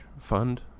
fund